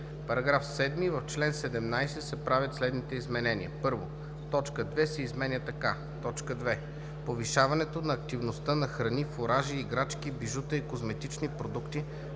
§ 7: „§ 7. В чл. 17 се правят следните изменения: 1. Точка 2 се изменя така: „2. повишаването на активността на храни, фуражи, играчки, бижута и козметични продукти